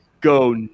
go